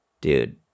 Dude